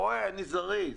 אתה רואה, אני זריז.